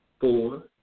four